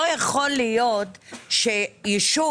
לא יכול להיות שיישוב,